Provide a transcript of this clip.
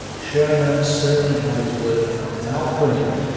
schorner certainly had his work cut out for him.